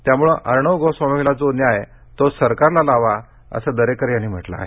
त्यामुळे अर्णव गोस्वामीला जो न्याय तोच सरकारला लावा असं दरेकर यांनी म्हटलं आहे